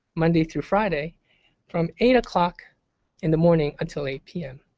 monday through friday from eight o'clock in the morning until eight p m.